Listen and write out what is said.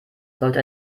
sollte